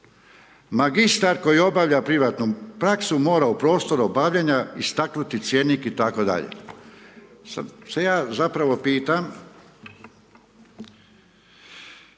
Magistar koji obavlja privatnu praksu mora u prostoru obavljanja istaknuti cjenik itd.“.